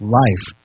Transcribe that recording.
life